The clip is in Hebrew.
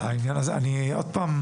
הנושא של ההסמכות